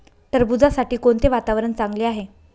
टरबूजासाठी कोणते वातावरण चांगले आहे?